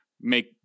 make